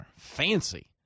Fancy